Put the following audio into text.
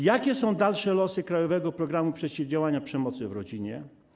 Jakie są dalsze losy „Krajowego programu przeciwdziałania przemocy w rodzinie”